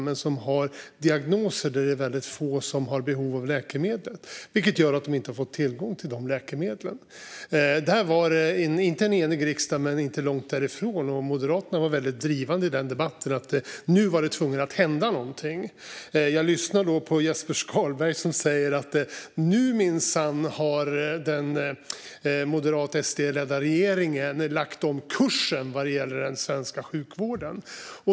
De har diagnoser för vilka det är väldigt få som har behov av läkemedel, och det gör att de inte har fått tillgång till dessa läkemedel. Det var inte en enig riksdag men inte långt ifrån, och Moderaterna var väldigt drivande i att det var tvunget att hända någonting. Nu säger Jesper Skalberg Karlsson att nu, minsann, har den moderata, SD-ledda regeringen lagt om kursen vad gäller den svenska sjukvården.